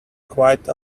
quite